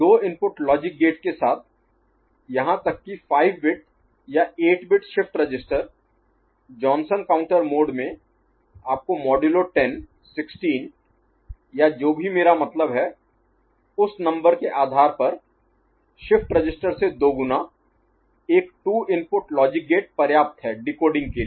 दो input logic gate के साथ यहां तक कि 5 बिट या 8 bit shift register Johnson counter mode में आपको मोडुलो 10 16 या जो भी मेरा मतलब है उस नंबर के आधार पर शिफ्ट रजिस्टर से दोगुना एक 2 इनपुट लॉजिक गेट पर्याप्त है डिकोडिंग के लिए